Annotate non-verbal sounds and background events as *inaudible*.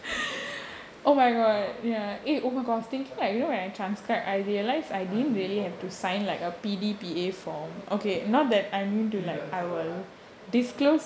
*noise* oh my god ya eh oh my god thank you like you know when I transcribe I realise I didn't really have to sign like a P_D_P_A form okay not that I'm to like I will disclose